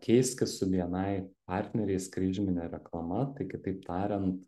keiskis su bni partneriais kryžmine reklama kitaip tariant